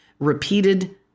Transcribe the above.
repeated